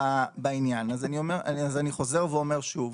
בעניין, אז אני חוזר ואומר שוב.